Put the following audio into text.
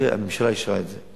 הממשלה אישרה את זה,